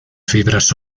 fibras